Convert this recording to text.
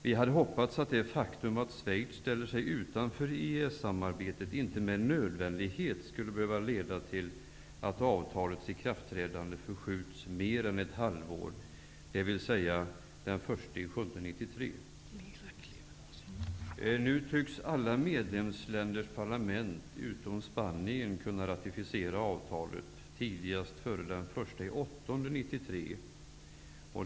Vi hade hoppats att det faktum att Schweiz ställer sig utanför EES-samarbetet inte med nödvändighet skulle behöva leda till att avtalets ikraftträdande förskjuts mer än ett halvår, dvs. till den 1 juli 1993. Nu tycks alla medlemsländers parlament utom Spaniens kunna ratificera avtalet tidigast till den 1 augusti 1993.